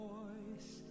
voice